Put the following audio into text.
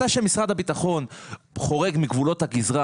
מתי שמשרד הביטחון חורג מגבולות הגזרה